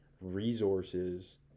resources